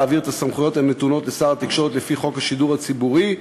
להעביר את הסמכויות הנתונות לשר התקשורת לפי חוק השידור הציבורי,